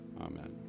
Amen